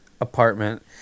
apartment